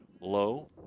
low